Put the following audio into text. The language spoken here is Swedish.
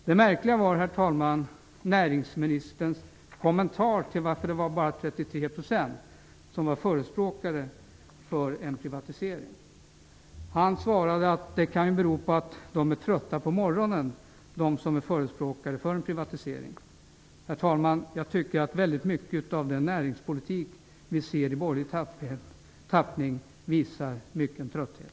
Det märkliga var, herr talman, näringsministerns kommentar till att bara 33 % var förespråkare för en privatisering. Han svarade att de som förespråkar en privatisering kanske är trötta på morgonen. Herr talman! Jag tycker att åtskilligt av den näringspolitik av borgerlig tappning som vi ser visar på mycket av trötthet.